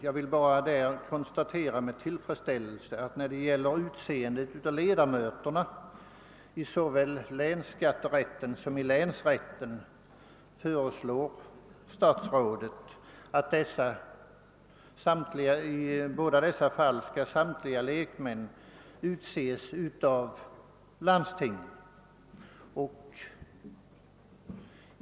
Jag vill bara med tillfredsställelse konstatera att statsrådet, när det gäller utseendet av ledamöter såväl i länsrätten som i länsskatterätten, föreslår att samtliga lekmän i båda fal len skall tillsättas av landstingen.